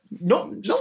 No